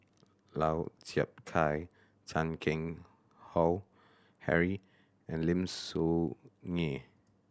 Lau Chiap Khai Chan Keng Howe Harry and Lim Soo Ngee